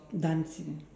dancing